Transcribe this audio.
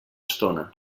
estona